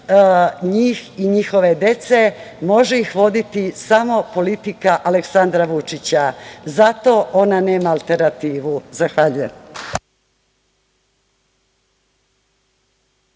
njih i njihove dece može ih voditi samo politika Aleksandra Vučića zato ona nema alternativu. Zahvaljujem.